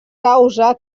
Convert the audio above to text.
causa